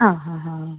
ആ ഹാ ഹാ ഹാ